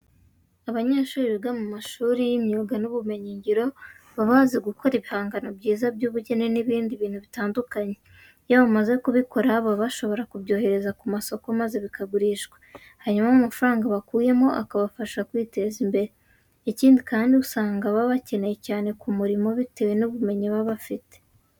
Abanyeshuri biga mu mashuri y'imyuga n'ubumenyingiro baba bazi gukora ibihangano byiza by'ubugeni n'ibindi bintu bitandukanye. Iyo bamaze kubikora baba bashobora kubyohereza ku masoko maze bikagurishwa, hanyuma amafaranga bakuyemo akabafasha kwiteza imbere. Ikindi kandi, usanga baba bakenewe cyane ku murimo bitewe n'ubumenyi baba bafite.